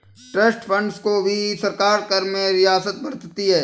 trust funds को भी सरकार कर में रियायत बरतती है